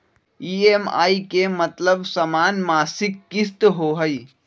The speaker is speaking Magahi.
ई.एम.आई के मतलब समान मासिक किस्त होहई?